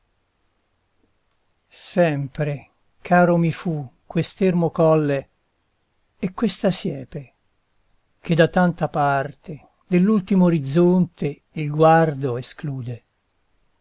sempre caro mi fu quest'ermo colle e questa siepe che da tanta parte dell'ultimo orizzonte il guardo esclude